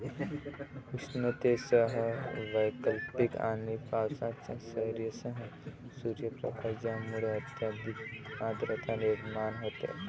उष्णतेसह वैकल्पिक आणि पावसाच्या सरींसह सूर्यप्रकाश ज्यामुळे अत्यधिक आर्द्रता निर्माण होते